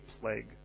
plague